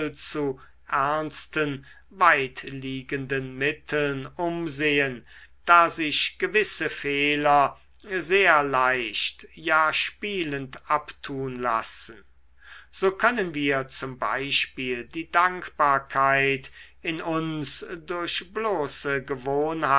allzu ernsten weitliegenden mitteln umsehen da sich gewisse fehler sehr leicht ja spielend abtun lassen so können wir zum beispiel die dankbarkeit in uns durch bloße gewohnheit